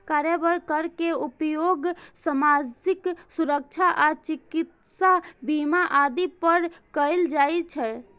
कार्यबल कर के उपयोग सामाजिक सुरक्षा आ चिकित्सा बीमा आदि पर कैल जाइ छै